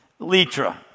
litra